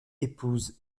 épouse